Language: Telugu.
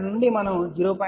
2 నుండి మనం 0